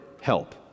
help